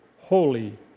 holy